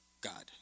God